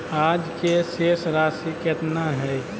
आज के शेष राशि केतना हइ?